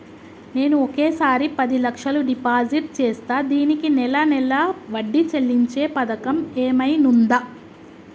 నేను ఒకేసారి పది లక్షలు డిపాజిట్ చేస్తా దీనికి నెల నెల వడ్డీ చెల్లించే పథకం ఏమైనుందా?